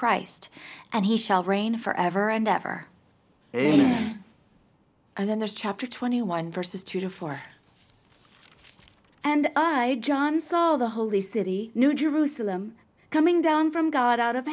christ and he shall reign forever and ever and then there's chapter twenty one verses two to four and john saw the holy city new jerusalem coming down from god out of